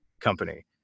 company